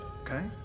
okay